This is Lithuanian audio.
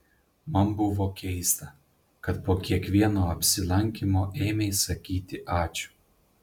man buvo keista kad po kiekvieno apsilankymo ėmei sakyti ačiū